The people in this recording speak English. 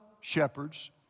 shepherds